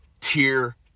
tier